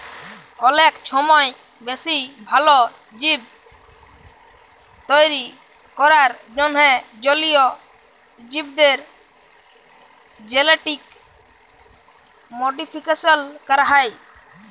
অলেক ছময় বেশি ভাল জীব তৈরি ক্যরার জ্যনহে জলীয় জীবদের জেলেটিক মডিফিকেশল ক্যরা হ্যয়